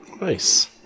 Nice